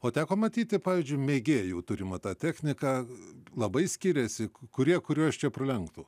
o teko matyti pavyzdžiui mėgėjų turimą tą techniką labai skiriasi kurie kuriuos čia pralenktų